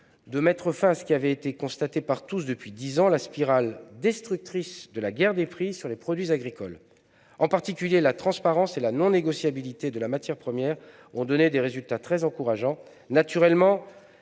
de mettre fin à ce qui avait été constaté par tous depuis dix ans, à savoir la spirale destructrice de la guerre des prix sur les produits agricoles. En particulier, la transparence et la non-négociabilité de la matière première agricole ont donné des résultats très encourageants. Naturellement,